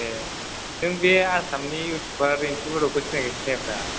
ए नों बे आसामनि इउटुउबार रिन्थु बर'खौ सिनायगोनना सिनायाब्रा